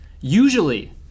usually